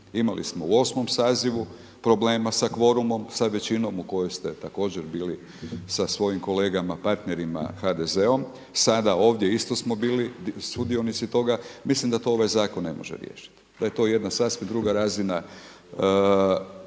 Imali smo u 8. sazivu problema sa kvorumom, sa većinom u kojoj ste također bili sa svojim kolegama partnerima HDZ-om, sada ovdje isto smo bili sudionici toga. Mislim da to ovaj zakon ne može riješiti, da je to jedna sasvim druga razina